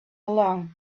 along